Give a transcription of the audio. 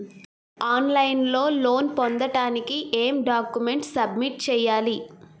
On line లో loan పొందటానికి ఎం డాక్యుమెంట్స్ సబ్మిట్ చేయాలి?